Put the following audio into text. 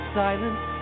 silence